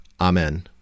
Amen